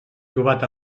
trobat